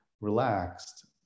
relaxed